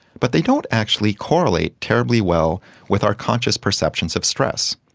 but they don't actually correlate terribly well with our conscious perceptions of stress.